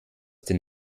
den